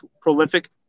prolific